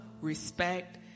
respect